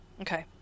Okay